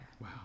Wow